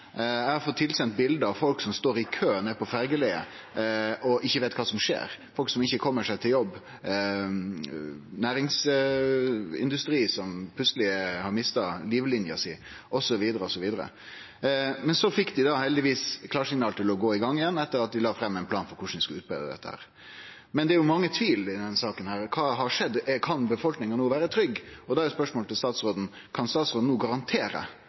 Eg har fått tilsendt bilde av folk som står i kø nede på ferjeleiet og ikkje veit kva som skjer, folk som ikkje kjem seg på jobb, næringsindustri som plutseleg har mista livlina si, osv., osv. Dei fekk heldigvis klarsignal til å gå i gang igjen, etter at dei la fram ein plan for korleis dei skulle utbetre dette, men det er mykje tvil i denne saka. Kva har skjedd? Kan befolkninga no vere trygg? Da er spørsmålet til statsråden: Kan statsråden no garantere